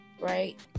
right